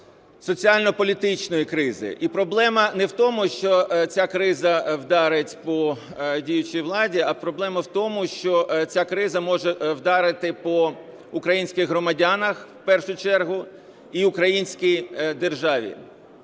соціально-політичної кризи. І проблема не в тому, що ця криза вдарить по діючій владі, а проблема в тому, що ця криза може вдарити по українських громадянах в першу чергу і українській державі.